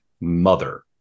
mother